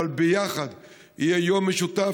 אבל ביחד יהיה יום משותף,